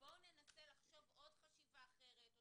בואו ננסה לחשוב עוד חשיבה אחרת אז